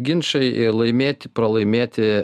ginčai laimėti pralaimėti